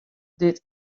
dit